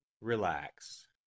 Relax